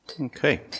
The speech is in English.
Okay